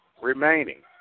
remaining